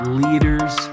leaders